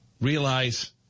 realize